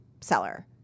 seller